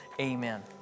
amen